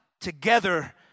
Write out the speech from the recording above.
Together